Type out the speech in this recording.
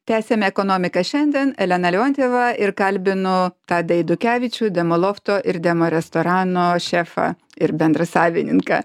tęsiame ekonomika šiandien elena leontjeva ir kalbinu tadą eidukevičių demalofto ir demarestorano šefą ir bendrą savininką